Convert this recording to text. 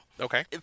Okay